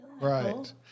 right